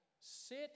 sit